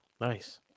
nice